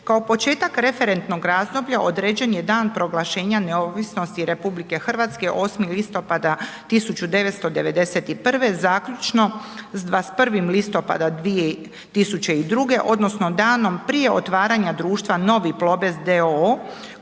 Kao početak referentnog razdoblja određen je dan proglašenja neovisnosti RH 8. listopada 1991. zaključno s 21. listopada 2002. odnosno danom prije otvaranja društva Novi Plobest